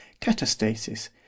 catastasis